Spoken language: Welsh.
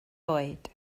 oed